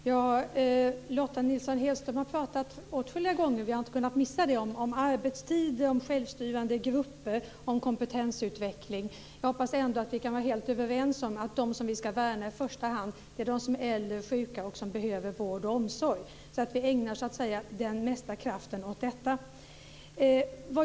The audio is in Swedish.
Fru talman! Lotta Nilsson-Hedström har pratat åtskilliga gånger om arbetstider, om självstyrande grupper och om kompetensutveckling. Jag hopps att vi kan vara överens om att de vi ska värna om i första hand är de äldre och sjuka och som behöver vård och omsorg. Vi ska ägna den mesta kraften åt detta.